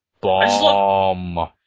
Bomb